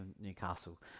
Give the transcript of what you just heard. Newcastle